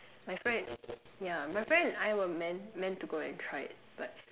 my friend yeah my friend and I were meant meant to go and try it but